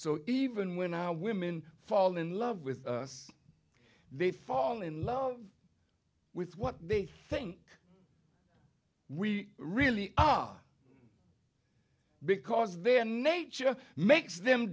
so even when our women fall in love with us they fall in love with what they think we really are because their nature makes them